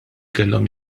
kellhom